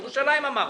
על ירושלים אמרת.